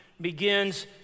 begins